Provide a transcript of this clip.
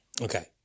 Okay